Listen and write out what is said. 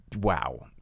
wow